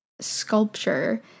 Sculpture